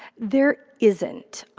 there isn't.